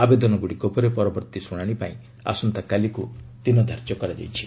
ଆବେଦନଗୁଡ଼ିକ ଉପରେ ପରବର୍ତ୍ତୀ ଶୁଣାଣି ପାଇଁ ଆସନ୍ତାକାଲିକୁ ଦିନ ଧାର୍ଯ୍ୟ କରାଯାଇଛି